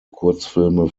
kurzfilme